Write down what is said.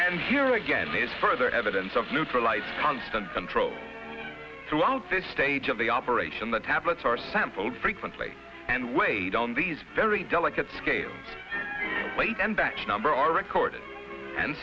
and here again is further evidence of neutralize constant control throughout this stage of the operation the tablets are sampled frequently and weighed on these very delicate scales weight and batch number are recorded and